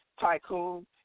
tycoon